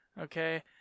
Okay